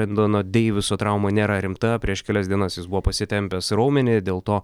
brendono deiviso trauma nėra rimta prieš kelias dienas jis buvo pasitempęs raumenį dėl to